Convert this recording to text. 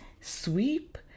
sweep